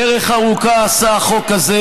דרך ארוכה עשה החוק הזה,